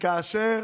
שכאשר